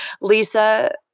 Lisa